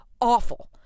awful